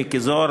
מיקי זוהר,